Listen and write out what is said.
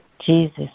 Jesus